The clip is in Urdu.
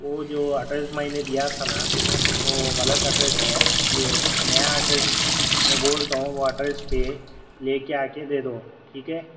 وہ جو ایڈریس میں نے دیا تھا نا وہ غلط ایڈریس ہے اب یہ نیا ایڈریس میں بولتا ہوں وہ ایڈریس پہ لے کے آ کے دے دو ٹھیک ہے